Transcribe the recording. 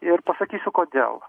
ir pasakysiu kodėl